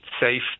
safe